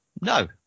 no